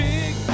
Big